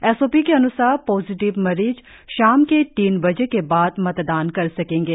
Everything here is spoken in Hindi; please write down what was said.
एस ओ पी के अनुसार पॉजिटिव मरीज शाम के तीन बजे के बाद मतदान कर सकेंगे